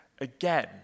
again